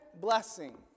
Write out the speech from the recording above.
blessing